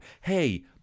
Hey